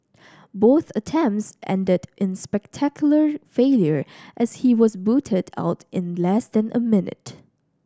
both attempts ended in spectacular failure as he was booted out in less than a minute